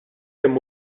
kemm